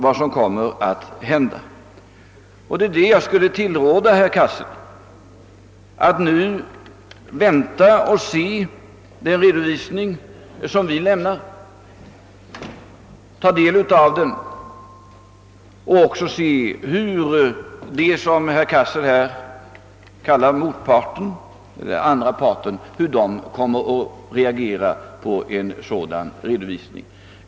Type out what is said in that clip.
Jag vill avvakta och se vad som händer. Det skulle jag också vilja tillråda herr Cassel att göra: att vänta med ställningstagandet och ta del av vår redogörelse och även se hur den andra parten — som herr Cassel här kallar motparten — kommer att reagera på redovisningen.